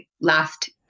last